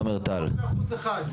תומר טל.